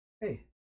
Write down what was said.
hey